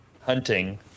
hunting